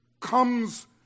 comes